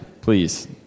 please